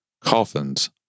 coffins